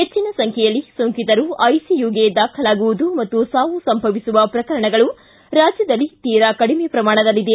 ಹೆಚ್ಚಿನ ಸಂಚ್ಯೆಯಲ್ಲಿ ಸೋಂಕಿತರು ಐಸಿಯುಗೆ ದಾಖಲಾಗುವುದು ಮತ್ತು ಸಾವು ಸಂಭವಿಸುವ ಪ್ರಕರಣಗಳು ರಾಜ್ಯದಲ್ಲಿ ತೀರಾ ಕಡಿಮೆ ಪ್ರಮಾಣದಲ್ಲಿದೆ